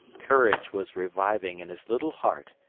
courage was reviving in his little heart,